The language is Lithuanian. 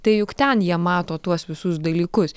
tai juk ten jie mato tuos visus dalykus